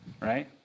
right